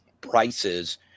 prices